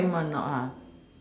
camp one or not